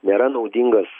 nėra naudingas